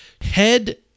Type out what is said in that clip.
head